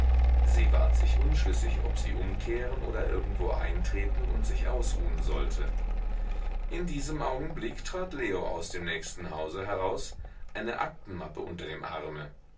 sie ward sich unschlüssig ob sie umkehren oder irgendwo eintreten und sich ausruhen sollte in diesem augenblick trat leo aus dem nächsten hause heraus eine aktenmappe unter dem arme